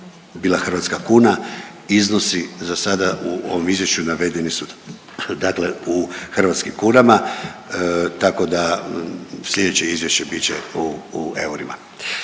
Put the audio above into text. hrvatska kuna, iznosi za sada u ovom izvješću navedeni su dakle u hrvatskim kunama, tako da slijedeće izvješće bit će u, u eurima.